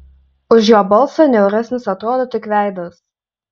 už jo balsą niauresnis atrodo tik veidas